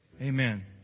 Amen